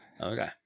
okay